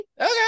Okay